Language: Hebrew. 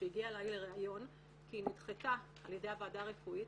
שהגיעה אלי לראיון כי היא נדחתה על ידי הוועדה הרפואית.